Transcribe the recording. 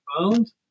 found